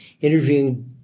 interviewing